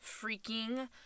freaking